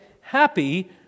happy